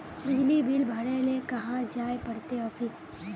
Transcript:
बिजली बिल भरे ले कहाँ जाय पड़ते ऑफिस?